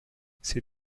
ces